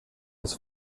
als